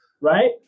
right